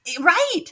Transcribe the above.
Right